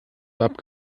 startup